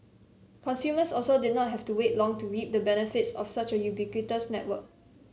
consumers also did not have to wait long to reap the benefits of such a ubiquitous network